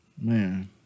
Man